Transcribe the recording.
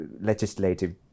legislative